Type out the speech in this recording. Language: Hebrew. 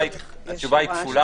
התשובה היא כפולה.